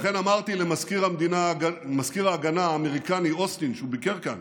לכן אמרתי למזכיר ההגנה האמריקני אוסטין כשהוא ביקר כאן